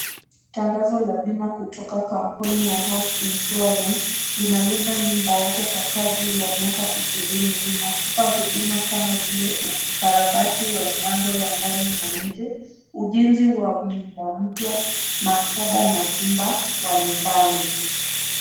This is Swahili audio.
Tangazo la bima kutoka kampuni ya House Insurance, linalinda nyumba yako kwa kadri ya miaka ishirini, linakupa huduma kama vile ukarabati wa mambo ya ndani na nje. Ujenzi wa nyumba mpya, maktaba na jumba wa nyumbani.